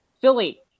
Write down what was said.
Philly